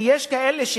כי יש כאלה,